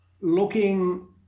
looking